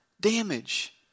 damage